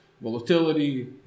volatility